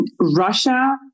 Russia